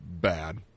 bad